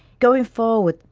going forward,